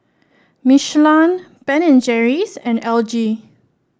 Michelin Ben and Jerry's and L G